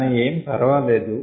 కానీ ఎం పర్వాలేదు